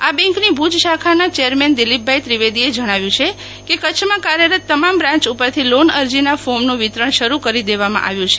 આ બેન્કની ભુજ શાખાના ચેરમેન દિલીપભાઇ ત્રિવેદીએ જણાવ્યું છે કે કચ્છમાં કાર્યરત તમામ બ્રાન્ચ ઉપરથી લોન અરજીના ફોરમનું વિતરણ શરૂ કરી દેવામાં આવ્યું છે